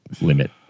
limit